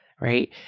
Right